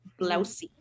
Blousey